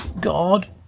God